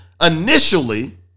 initially